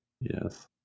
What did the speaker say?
Yes